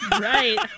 Right